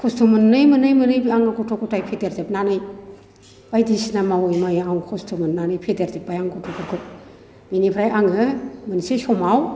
खस्थ' मोनै मोनै मोनै आङो गथ' ग'थाय फेदेरजोबनानै बायदिसिना मावै मावै आं खस्थ' मोननानै फेदेरजोबबाय आं गथ'फोरखौ बिनिफ्राय आङो मोनसे समाव